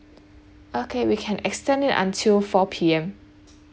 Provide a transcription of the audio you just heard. okay we can extend it until four P_M